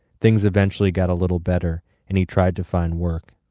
things eventually got a little better and he tried to find work.